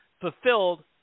fulfilled